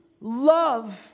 love